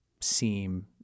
seem